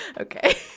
okay